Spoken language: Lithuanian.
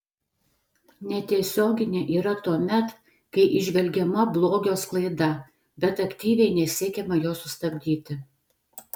netiesioginė yra tuomet kai įžvelgiama blogio sklaida bet aktyviai nesiekiama jos sustabdyti